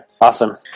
awesome